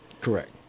Correct